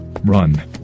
Run